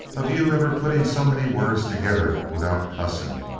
of you ever putting so many words together without cussing.